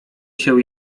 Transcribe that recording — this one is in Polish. się